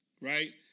right